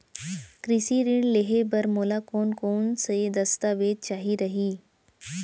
कृषि ऋण लेहे बर मोला कोन कोन स दस्तावेज चाही रही?